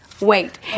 wait